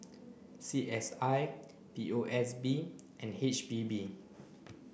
C S I P O S B and H P B